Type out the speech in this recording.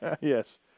Yes